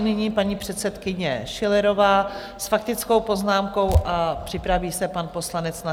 Nyní paní předsedkyně Schillerová s faktickou poznámkou a připraví se pan poslanec Nacher.